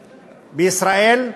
בישראל,